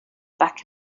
back